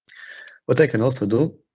what i can also do,